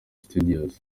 studios